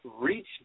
reach